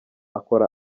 akora